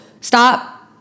stop